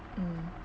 mm